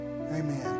Amen